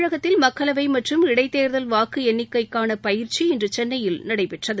தமிழகத்தில் மக்களவை மற்றும் இடைத்தேர்தல் வாக்கு எண்ணிக்கைக்கான பயிற்சி இன்று சென்னையில் நடைபெற்றது